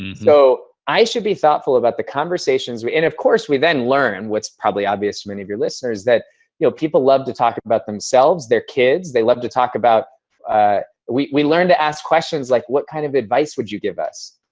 you know i should be thoughtful about the conversations. and, of course, we then learn what's probably obvious to many of your listeners, is that you know people love to talk about themselves, their kids, they love to talk about we we learn to ask questions like, what kind of advice would you give us?